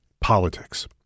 politics